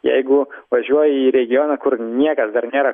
jeigu važiuoji į regioną kur niekas dar nėra